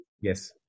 Yes